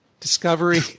Discovery